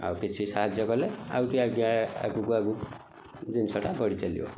ଆଉ କିଛି ସାହାଯ୍ୟ କଲେ ଆଉ ଟିକେ ଆଜ୍ଞା ଆଗକୁ ଆଗକୁ ଜିନିଷଟା ବଢ଼ି ଚାଲିବ